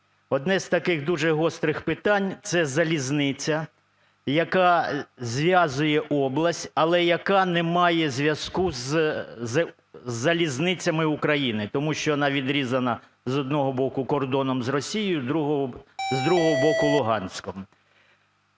Одне з таких дуже гострих питань – це залізниця, яка зв'язує область, але яка не має зв'язку з залізницями України, тому що вона відрізана з одного боку кордоном з Росією, а з другого боку Луганськом.